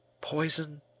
Poison